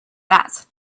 that